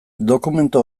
dokumentu